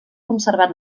conservat